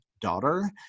daughter